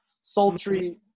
sultry